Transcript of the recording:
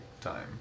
time